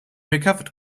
recovered